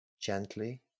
gently